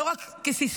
לא רק כסיסמה.